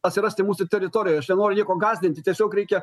atsirasti mūsų teritorijoj aš nenoriu nieko gąsdinti tiesiog reikia